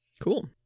Cool